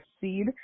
seed